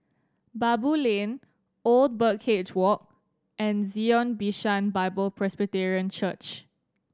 Baboo Lane Old Birdcage Walk and Zion Bishan Bible Presbyterian Church